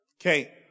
Okay